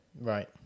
Right